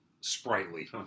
sprightly